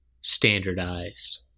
standardized